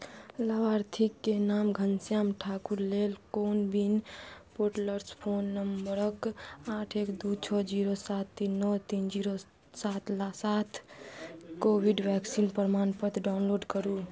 लाभार्थीके नाम घनश्याम ठाकुर लेल को विन पोर्टलसँ फोन नम्बरक आठ एक दू छओ जीरो सात तीन नओ तीन जीरो सात ल् साथ कोविड वैक्सीन प्रमाणपत्र डाउनलोड करू